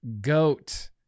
goat